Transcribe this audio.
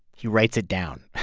he writes it down.